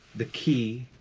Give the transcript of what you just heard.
the key,